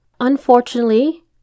Unfortunately